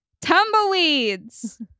Tumbleweeds